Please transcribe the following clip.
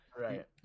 Right